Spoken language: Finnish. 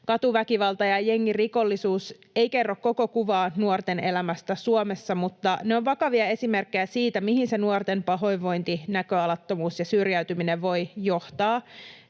Katuväkivalta ja jengirikollisuus eivät kerro koko kuvaa nuorten elämästä Suomessa, mutta ne ovat vakavia esimerkkejä siitä, mihin se nuorten pahoinvointi, näköalattomuus ja syrjäytyminen voivat johtaa.